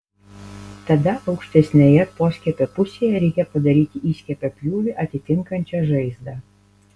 tada aukštesnėje poskiepio pusėje reikia padaryti įskiepio pjūvį atitinkančią žaizdą